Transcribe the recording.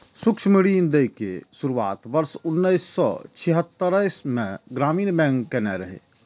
सूक्ष्म ऋण दै के शुरुआत वर्ष उन्नैस सय छिहत्तरि मे ग्रामीण बैंक कयने रहै